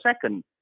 second